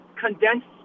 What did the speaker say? condensed